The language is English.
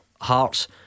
Hearts